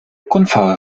grundfarbe